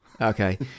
Okay